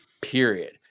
Period